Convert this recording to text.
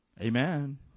Amen